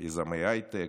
יזמי הייטק.